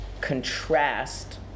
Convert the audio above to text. contrast